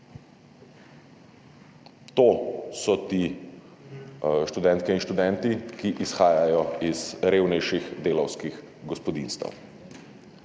To so ti študentke in študenti, ki izhajajo iz revnejših delavskih gospodinjstev.